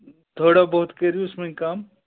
تھوڑا بہت کروُس ونۍ کم